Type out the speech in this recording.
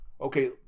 okay